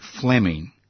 Fleming